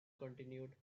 continued